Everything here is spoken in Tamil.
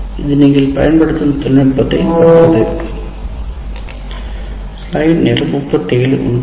இது நீங்கள் பயன்படுத்தும் தொழில்நுட்பத்தைப் பொறுத்தது